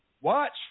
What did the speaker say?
Watch